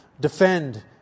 defend